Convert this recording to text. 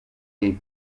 jej